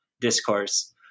discourse